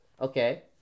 Okay